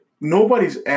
nobody's